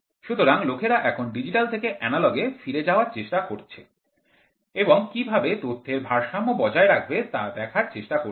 সুতরাং লোকেরা এখন ডিজিটাল থেকে এনালগ এ ফিরে যাওয়ার চেষ্টা করছে এবং কীভাবে তথ্যের ভারসাম্য বজায় রাখবে তা দেখার চেষ্টা করছে